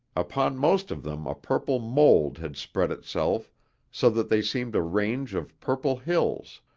upon most of them a purple mould had spread itself so that they seemed a range of purple hills,